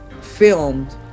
filmed